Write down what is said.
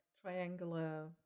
triangular